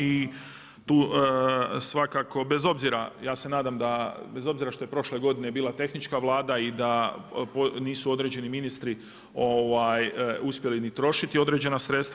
I tu svakako, bez obzira, ja se nadam da bez obzira što je prošle godine bila tehnička Vlada da nisu određeni ministri uspjeli ni trošiti određena sredstva.